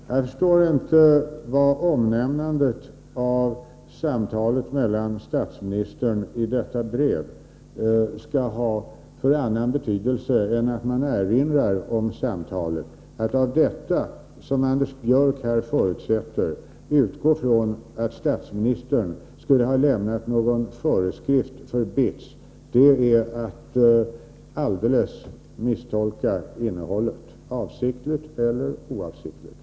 Fru talman! Jag förstår inte vad omnämnandet i detta brev av samtalet med statsministern skulle ha för annan betydelse än att erinra om samtalet. Att mot bakgrund av detta utgå ifrån — som Anders Björck gör — att statsministern skulle ha lämnat någon föreskrift för BITS är att alldeles misstolka innehållet i brevet, avsiktligt eller oavsiktligt.